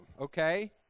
okay